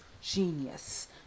genius